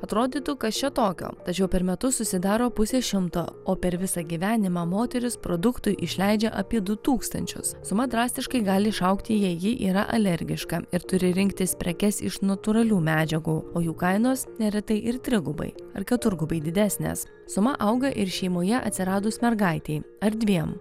atrodytų kas čia tokio tačiau per metus susidaro pusė šimto o per visą gyvenimą moteris produktui išleidžia apie du tūkstančius suma drastiškai gali išaugti jei ji yra alergiška ir turi rinktis prekes iš natūralių medžiagų o jų kainos neretai ir trigubai ar keturgubai didesnės suma auga ir šeimoje atsiradus mergaitei ar dviem